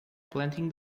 planting